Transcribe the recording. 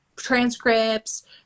transcripts